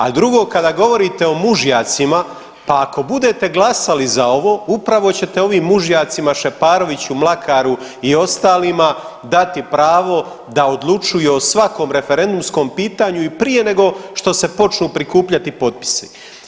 A drugo kada govorite o mužjacima, pa ako budete glasali za ovo upravo ćete ovim mužjacima Šeparoviću, Mlakaru i ostalima dati pravo da odlučuju o svakom referendumskom pitanju i prije nego što se počnu prikupljati potpisi.